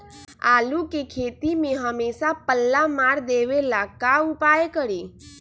आलू के खेती में हमेसा पल्ला मार देवे ला का उपाय करी?